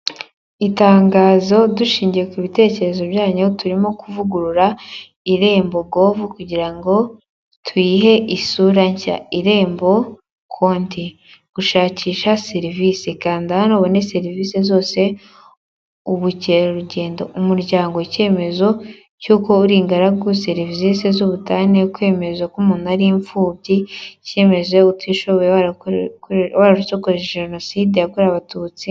Itangazo dushingiye ku bitekerezo byanyu turimo kuvugurura irembo gove kugira ngo tuyihe isura nshya, irembo konti; gushakisha, serivisiganda hano ubone serivisi zose ubukerarugendo umuryango icyemezo cy'uko uri ingaragu serivisi z'ubutane, kwemeza ko umuntu ari imfubyi, icyemezo cy'utishoboye, ko utakoze jenoside yakorewe abatutsi.